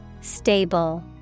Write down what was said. Stable